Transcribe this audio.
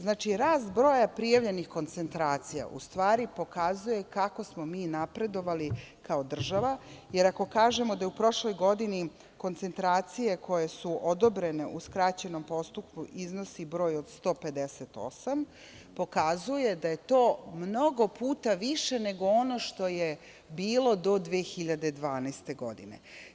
Znači, rast broja prijavljenih koncentracija u stvari pokazuje kako smo mi napredovali kao država, jer ako kažemo da je u prošloj godini koncentracije koje su odobrene u skraćenom postupku iznosi broj od 158, pokazuje da je to mnogo puta više nego ono što je bilo do 2012. godine.